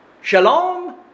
Shalom